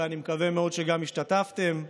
ואני מקווה מאוד שגם השתתפתם בו,